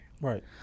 right